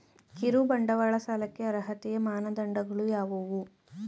ಕಿರುಬಂಡವಾಳ ಸಾಲಕ್ಕೆ ಅರ್ಹತೆಯ ಮಾನದಂಡಗಳು ಯಾವುವು?